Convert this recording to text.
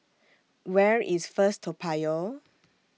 Where IS First Toa Payoh